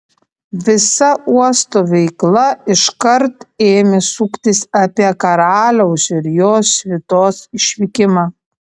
visa uosto veikla iškart ėmė suktis apie karaliaus ir jo svitos išvykimą